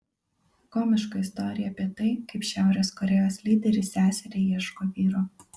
komiška istorija apie tai kaip šiaurės korėjos lyderis seseriai ieško vyro